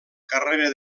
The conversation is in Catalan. carrera